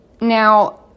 Now